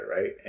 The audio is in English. right